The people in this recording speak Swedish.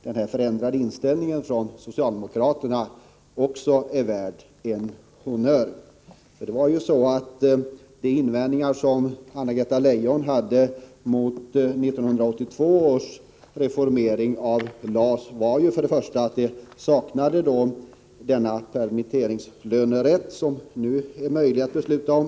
Den förändrade inställningen hos socialdemokraterna är värd en honnör. De invändningar som Anna-Greta Leijon anförde mot 1982 års reformering av LAS gällde först och främst att det saknades den permitteringslönerätt som vi nu kan besluta om.